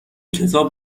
کتاب